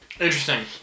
Interesting